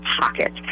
pocket